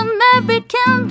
American